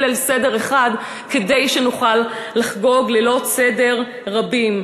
ליל סדר אחד כדי שנוכל לחגוג לילות סדר רבים.